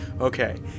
Okay